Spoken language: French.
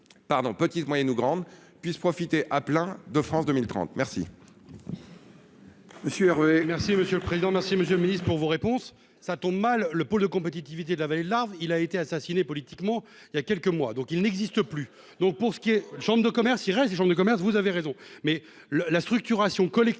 pardon, petite, moyenne ou grande puisse profiter à plein de France 2030 merci.